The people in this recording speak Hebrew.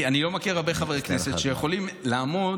אני לא מכיר הרבה חברי כנסת שיכולים לעמוד,